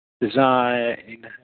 design